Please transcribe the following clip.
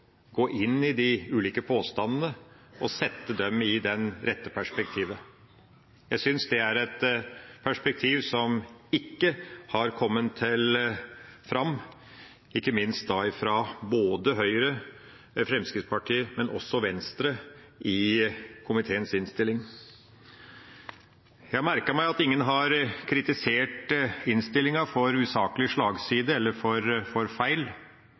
gå inn i de ulike påstandene og sette dem i det rette perspektivet. Jeg synes det er et perspektiv som ikke har kommet fram, verken fra Høyre eller Fremskrittspartiet, men heller ikke fra Venstre, i komiteens innstilling. Jeg merket meg at ingen har kritisert innstillinga for usaklig slagside eller for feil. Det setter jeg veldig pris på, for